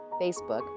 Facebook